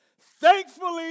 thankfully